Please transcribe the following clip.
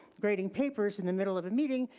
grading papers in the middle of a meeting.